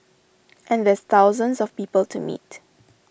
and there's thousands of people to meet